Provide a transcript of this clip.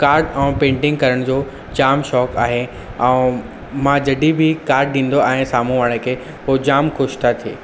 card ऐं painting करण जो जाम शौक़ु आहे ऐं मां जॾहिं बि काड ॾींदो आहियां साम्हूं वारे खे उहो जाम ख़ुशि था थिए